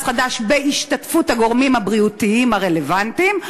חדש בהשתתפות הגורמים הבריאותיים הרלוונטיים,